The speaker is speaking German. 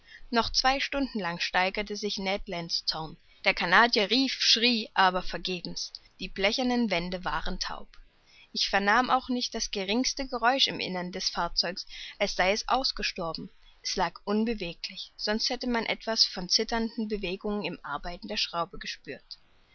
noch zwei stunden lang steigerte sich ned lands zorn der canadier rief schrie aber vergebens die blechernen wände waren taub ich vernahm auch nicht das geringste geräusch im innern des fahrzeugs als sei es ausgestorben es lag unbeweglich sonst hätte man etwas von zitternder bewegung beim arbeiten der schraube gespürt